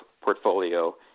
portfolio